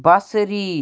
بصری